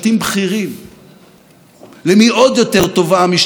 לראש ממשלה שיש כנגדו חשדות חמורים.